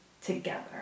together